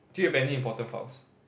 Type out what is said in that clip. do you have any important files